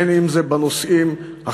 בין אם זה בנושאים החברתיים,